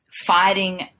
fighting